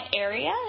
area